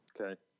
okay